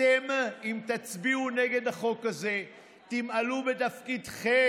אתם, אם תצביעו נגד החוק הזה, תמעלו בתפקידכם.